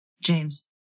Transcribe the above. James